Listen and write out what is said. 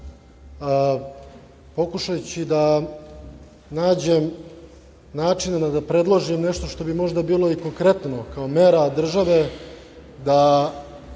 pokušavajući da nađem načina da predložim nešto što bi možda bilo i konkretno kao mera države da